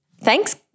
Thanks